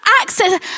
access